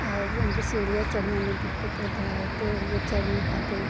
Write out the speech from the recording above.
اور ان کو سیڑھیاں چڑھنے میں دقت ہوتا ہے تو وہ چڑھ نہیں پاتے